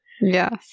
Yes